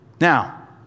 Now